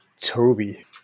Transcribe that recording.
Toby